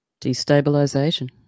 Destabilization